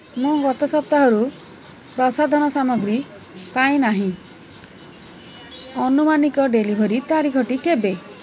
ମୁଁ ଗତ ସପ୍ତାହରୁ ପ୍ରସାଧନ ସାମଗ୍ରୀ ପାଇ ନାହିଁ ଆନୁମାନିକ ଡ଼େଲିଭରି ତାରିଖଟି କେବେ